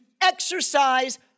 exercise